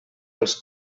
els